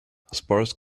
sparse